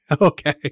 Okay